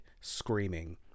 screaming